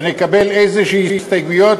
ונקבל איזו הסתייגות,